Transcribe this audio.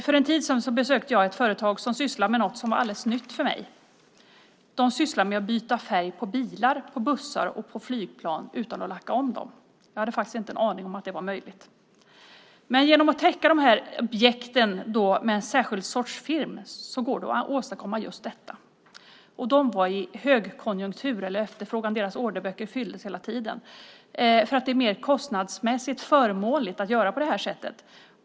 För en tid sedan besökte jag ett företag som sysslar med någonting som var alldeles nytt för mig, nämligen att byta färg på bilar, bussar och flygplan utan att lacka om dem. Jag hade faktiskt inte en aning om att det var möjligt. Men genom att täcka dessa objekt med en särskild sorts film går det att åstadkomma just detta. Deras orderböcker fylldes hela tiden. Det är kostnadsmässigt mer förmånligt att göra på detta sätt.